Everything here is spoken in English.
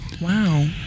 Wow